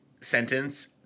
sentence